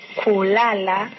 kulala